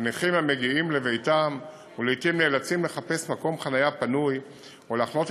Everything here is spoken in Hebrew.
לנכים המגיעים לביתם ולעתים נאלצים לחפש מקום חניה פנוי או להחנות